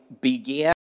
began